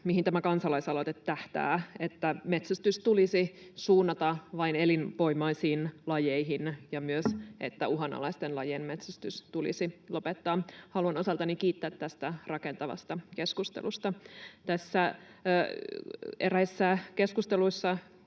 mihin tämä kansalaisaloite tähtää, että metsästys tulisi suunnata vain elinvoimaisiin lajeihin ja myös että uhanalaisten lajien metsästys tulisi lopettaa. Haluan osaltani kiittää tästä rakentavasta keskustelusta. Eräissä keskusteluissa